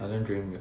I don't drink milk